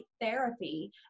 therapy